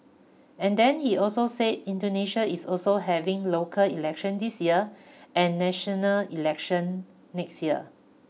and then he also said Indonesia is also having local elections this year and national elections next year